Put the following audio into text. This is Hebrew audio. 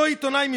אותו העיתונאי,